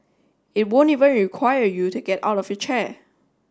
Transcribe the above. it won't even require you to get out of your chair